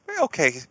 okay